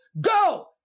go